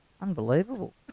Unbelievable